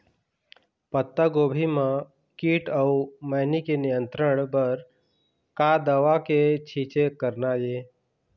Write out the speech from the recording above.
पत्तागोभी म कीट अऊ मैनी के नियंत्रण बर का दवा के छींचे करना ये?